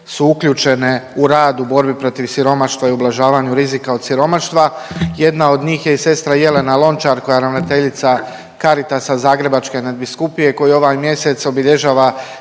su uključene u rad u borbi protiv siromaštva i ublažavanju rizika od siromaštva. Jedna od njih je i sestra Jelena Lončar koja je ravnateljica Caritasa Zagrebačke nadbiskupije koji ovaj mjesec obilježava